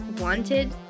wanted